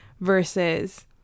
versus